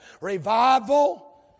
revival